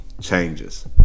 Changes